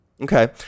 Okay